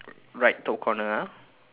right top corner ah